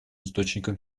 источникам